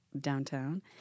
downtown